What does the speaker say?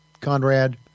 Conrad